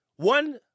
One